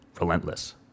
relentless